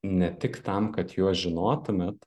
ne tik tam kad juos žinotumėt